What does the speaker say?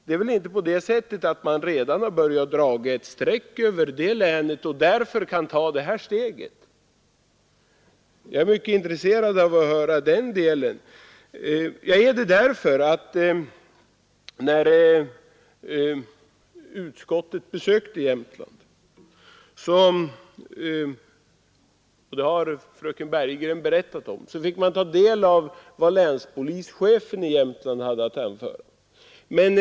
Det är väl inte på det sättet att man redan börjat dra ett streck över det länet och därför kan ta det här steget? Jag är mycket intresserad av att höra hur det är med det. Fröken Bergegren har berättat om vad länspolischefen i Jämtland hade att anföra när utskottet besökte Jämtland.